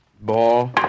ball